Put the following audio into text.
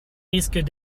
risquent